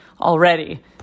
already